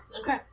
Okay